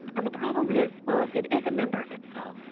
and the problem is, well, if it is a member of itself,